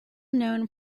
known